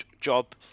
job